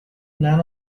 none